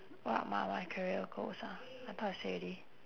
what about my careers goals ah I thought I say already